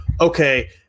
okay